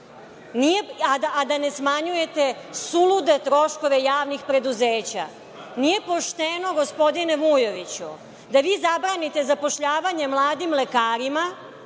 a da ne smanjujete sulude troškove javnih preduzeća. Nije pošteno, gospodine Vujoviću, da vi zabranite zapošljavanje mladim lekarima,